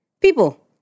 People